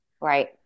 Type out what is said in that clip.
Right